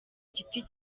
giti